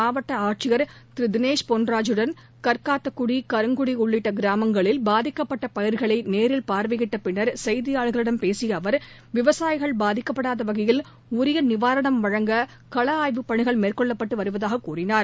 மாவட்ட ஆட்சியர் திரு தினேஷ் பொன்ராஜுடன் கற்காத்தகுடி கருங்குடி உள்ளிட்ட கிராமங்களில் பாதிக்கப்பட்ட பயிர்களை நேரில் பார்வையிட்ட பின்னர் செய்தியாளர்களிடம் பேசிய அவர் விவசாயிகள் பாதிக்கப்படாத வகையில் உரிய நிவாரணம் வழங்க கள ஆய்வுப் பணிகள் மேற்கொள்ளப்பட்டு வருவதாக கூறினார்